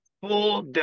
full